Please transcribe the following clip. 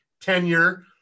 tenure